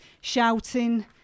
shouting